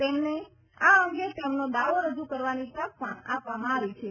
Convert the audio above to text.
તેમને આ અંગે તેમનો દાવો રજૂ કરવાની તક પણ આપવામાં આવી છે